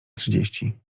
trzydzieści